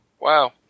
Wow